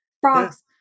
frogs